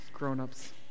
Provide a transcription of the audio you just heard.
grown-ups